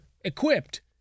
equipped